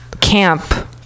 camp